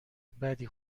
بدی